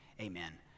amen